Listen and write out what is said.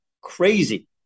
crazy